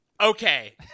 Okay